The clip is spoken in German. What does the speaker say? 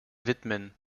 widmen